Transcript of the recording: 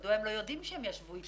מדוע הם לא יודעים שהם ישבו אתם?